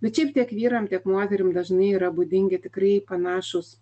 bet šiaip tiek vyram tiek moterim dažnai yra būdingi tikrai panašūs